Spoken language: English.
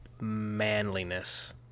Manliness